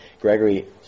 Gregory